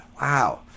wow